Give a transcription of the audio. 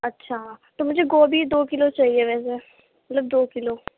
اچھا تو مجھے گوبھی دو کلو چاہیے ویسے مطلب دو کلو